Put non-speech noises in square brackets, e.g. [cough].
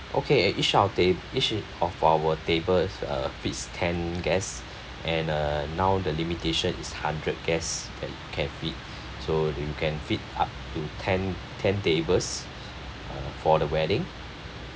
okay at each of our ta~ each of our tables uh fits ten guest [breath] and uh now the limitation is hundred guest can can fit so you can fit up to ten ten tables uh for the wedding